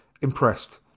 impressed